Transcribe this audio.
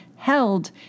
held